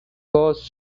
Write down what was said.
caused